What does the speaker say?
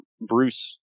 Bruce